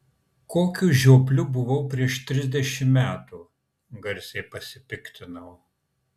kokiu žiopliu buvau prieš trisdešimt metų garsiai pasipiktinau